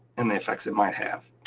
and the effects it might have.